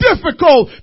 difficult